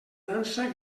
dansa